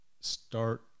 start